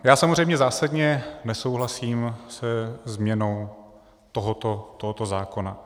Já samozřejmě zásadně nesouhlasím se změnou tohoto zákona.